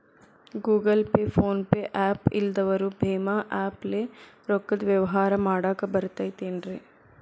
Google Pay, PhonePe app ಇಲ್ಲದವರು ಭೇಮಾ app ಲೇ ರೊಕ್ಕದ ವ್ಯವಹಾರ ಮಾಡಾಕ್ ಬರತೈತೇನ್ರೇ?